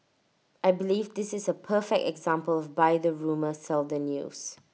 I believe this is A perfect example of buy the rumour sell the news